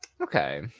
Okay